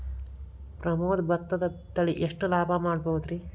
ಪ್ರಮೋದ ಭತ್ತದ ತಳಿ ಎಷ್ಟ ಲಾಭಾ ಮಾಡಬಹುದ್ರಿ?